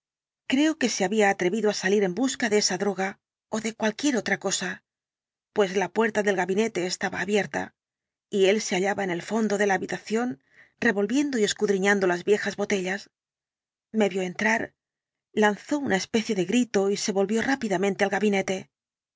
creo que se había atrevido a salir en busca de esa droga ó de cualquier otra cosa pues la puerta del gabinete estaba abierta y él se hallaba en el fondo de la habitación revolviendo y escudriñando las viejas botellas me vio entrar lanzó una especie de grito y se volvió rápidamente al gabinete